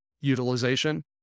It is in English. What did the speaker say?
utilization